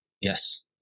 Yes